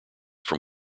from